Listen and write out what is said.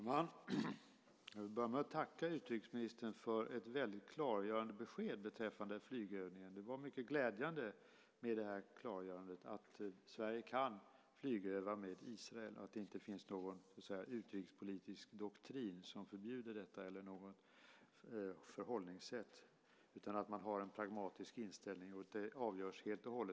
Fru talman! Jag vill börja med att tacka utrikesministern för ett väldigt klargörande besked beträffande flygövningen. Det var ett mycket glädjande klargörande att Sverige kan flygöva med Israel, att det inte finns någon utrikespolitisk doktrin eller något förhållningssätt som förbjuder detta, utan att man har en pragmatisk inställning.